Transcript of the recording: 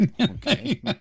Okay